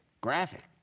graphic